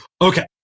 Okay